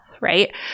right